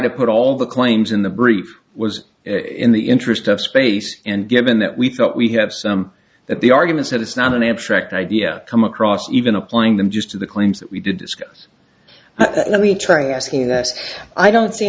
to put all the claims in the brief was in the interest of space and given that we thought we have some that the arguments that it's not an abstract idea come across even applying them just to the claims that we did discuss let me try to ask you that i don't see